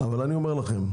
אבל אני אומר לכם,